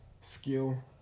skill